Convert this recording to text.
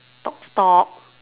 talk stock